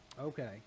Okay